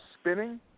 spinning